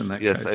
yes